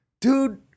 Dude